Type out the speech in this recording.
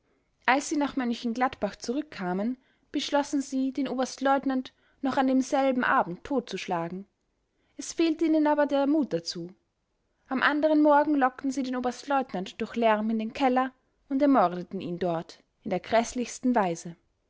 als sie nach m gladbach zurückkamen beschlossen sie den oberstleutnant noch an demselben abend totzuschlagen es fehlte ihnen aber der mut dazu am anderen morgen lockten sie den oberstleutnant durch lärm in den keller und ermordeten ihn dort in der gräßlichsten weise